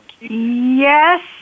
Yes